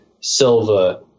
Silva